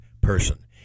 person